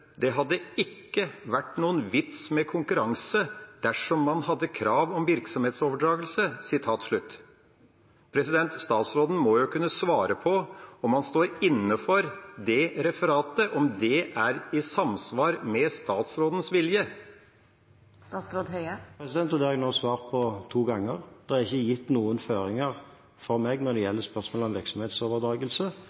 hadde ikke vært noen vits med konkurranse dersom man hadde krav om virksomhetsoverdragelse.» Statsråden må jo kunne svare på om han står inne for det referatet – om det er i samsvar med statsrådens vilje. Det har jeg nå svart på to ganger. Det er ikke gitt noen føringer fra meg når det